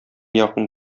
якын